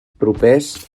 propers